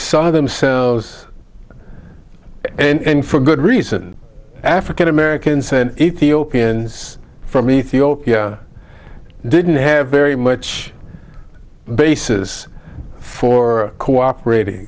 saw themselves and for good reason african americans and ethiopians from ethiopia didn't have very much basis for cooperating